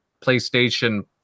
PlayStation